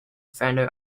fender